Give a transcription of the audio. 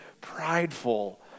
prideful